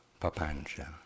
papancha